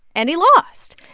and he lost.